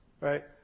Right